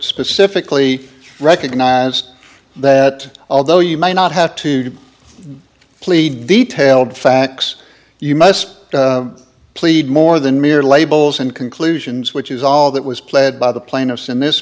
specifically recognized that although you may not have to plead detail the facts you must plead more than mere labels and conclusions which is all that was pled by the plaintiffs in this